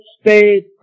stay